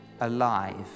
alive